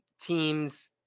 teams